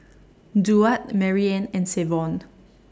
Duard Maryann and Savon